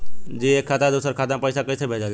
जी एक खाता से दूसर खाता में पैसा कइसे भेजल जाला?